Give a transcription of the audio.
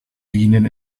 linien